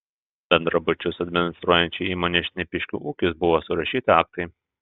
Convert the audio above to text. bendrabučius administruojančiai įmonei šnipiškių ūkis buvo surašyti aktai